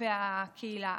כלפי הקהילה,